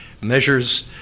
measures